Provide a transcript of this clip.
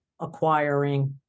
acquiring